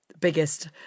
biggest